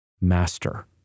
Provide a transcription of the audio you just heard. master